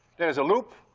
there is a loop.